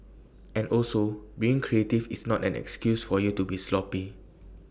and also being creative is not an excuse for you to be sloppy